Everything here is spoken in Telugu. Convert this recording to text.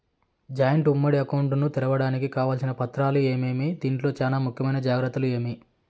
జాయింట్ ఉమ్మడి అకౌంట్ ను తెరవడానికి కావాల్సిన పత్రాలు ఏమేమి? దీంట్లో చానా ముఖ్యమైన జాగ్రత్తలు ఏమి?